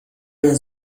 der